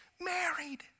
married